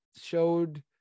showed